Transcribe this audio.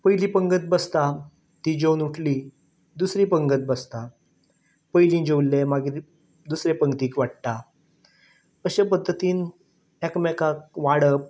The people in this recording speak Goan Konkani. पयली पंगत बसता ती जेवन उठली दुसरी पंगत बसता पयल्ली जेवल्ले मागीर दुसरे पंगतीक वाडटा अशें पद्दतीन एकामेकांक वाडप